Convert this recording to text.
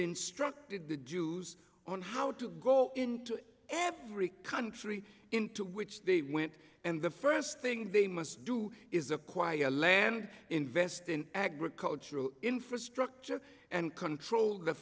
instructed the jews on how to go into every country into which they went and the first thing they must do is acquire land invest in agricultural infrastructure and control the